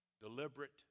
deliberate